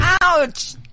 Ouch